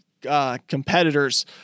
competitors